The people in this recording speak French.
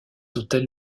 autels